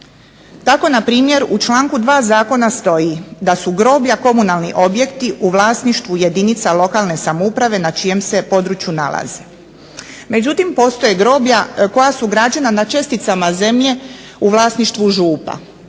Tako npr. u članku 2. Zakona stoji "da su groblja komunalni objekti u vlasništvu jedinica lokalne samouprave na čijem se području nalaze". Međutim postoje groblja koja su građena na česticama zemlje u vlasništvu župa.